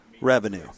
revenue